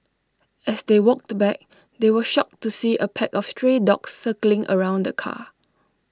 as they walked back they were shocked to see A pack of stray dogs circling around the car